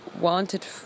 wanted